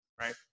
Right